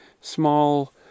small